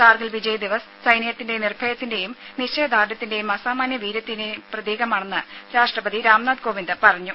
കാർഗിൽ വിജയ് ദിവസ് സൈന്യത്തിന്റെ നിർഭയത്തിന്റെയും നിശ്ചയദാർഢ്യത്തിന്റെയും അസാമാന്യ വീര്യത്തിന്റെയും പ്രതീകമാണെന്ന് രാഷ്ട്രപതി രാംനാഥ് കോവിന്ദ് പറഞ്ഞു